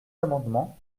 amendements